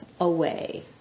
away